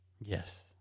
Yes